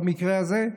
במקרה הזה,